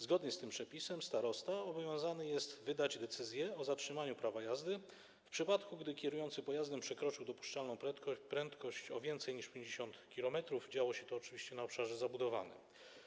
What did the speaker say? Zgodnie z tym przepisem starosta obowiązany jest wydać decyzję o zatrzymaniu prawa jazdy w przypadku, gdy kierujący pojazdem przekroczył dopuszczalną prędkość o więcej niż 50 km i oczywiście gdy działo się to na obszarze zabudowanym.